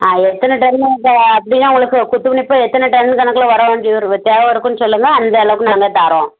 ஆ எத்தனை டன்னு இப்போ அப்படின்னா உங்களுக்கு குத்துமதிப்பாக எத்தனை டன் கணக்கில் வர வேண்டியதிருக்கு தேவை இருக்குதுன்னு சொல்லுங்கள் அந்தளவுக்கு நாங்கள் தர்றோம்